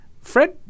Fred